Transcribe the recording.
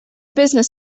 business